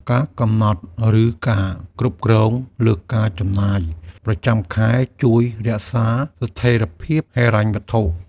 ការកំណត់ ឬការគ្រប់គ្រងលើការចំណាយប្រចាំខែជួយរក្សាស្ថេរភាពហិរញ្ញវត្ថុ។